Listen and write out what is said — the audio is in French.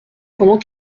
pendant